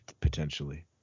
potentially